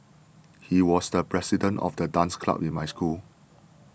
he was the president of the dance club in my school